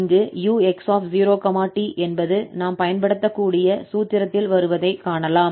இங்கு 𝑢𝑥0 𝑡 என்பது நாம் பயன்படுத்தக்கூடிய சூத்திரத்தில் வருவதை காணலாம்